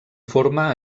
forma